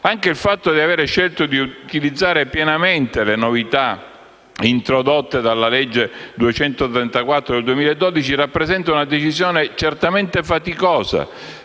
Anche il fatto di aver scelto di utilizzare pienamente le novità introdotte dalla legge n. 234 del 2012 rappresenta una decisione certamente faticosa,